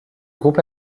groupe